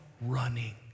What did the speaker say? running